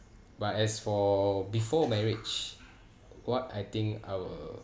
but as for before marriage what I think our